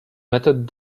method